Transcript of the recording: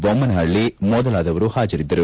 ದೊಮ್ನಹಳ್ಳಿ ಮೊದಲಾದವರು ಹಾಜರಿದ್ದರು